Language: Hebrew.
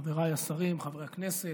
חבריי השרים, חברי הכנסת,